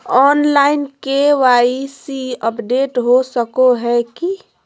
Online KYC update हो सको है की?